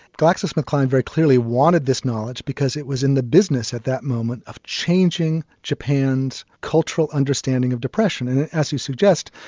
glaxo smith kline very clearly wanted this knowledge because it was in the business at the moment of changing japan's cultural understanding of depression. and as you suggest,